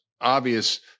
obvious